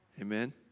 Amen